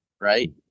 Right